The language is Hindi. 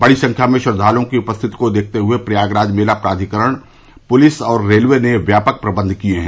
बड़ी संख्या में श्रद्वालुओं की उपस्थिति को देखते हुए प्रयागराज मेला प्राधिकरण पुलिस और रेलवे ने व्यापक प्रबंध किये हैं